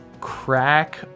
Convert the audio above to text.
crack